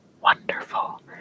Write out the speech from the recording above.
Wonderful